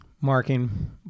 marking